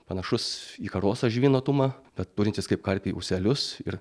panašus į karosą žvynuotumą bet turintis kaip karpiai ūselius ir